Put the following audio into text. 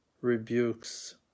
rebukes